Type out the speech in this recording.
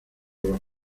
los